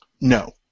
No